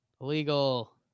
Illegal